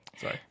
sorry